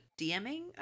DMing